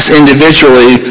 individually